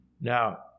Now